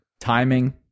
timing